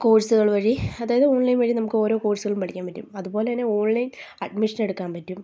കോഴ്സുകൾ വഴി അതായത് ഓൺലൈൻ വഴി നമുക്ക് ഓരോ കോഴ്സുകളും പഠിക്കാൻ പറ്റും അതുപോലെ തന്നെ ഓൺലൈൻ അഡ്മിഷൻ എടുക്കാൻ പറ്റും